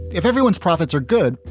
if everyone's profits are good,